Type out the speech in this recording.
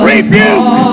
Rebuke